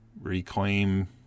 reclaim